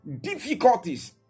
difficulties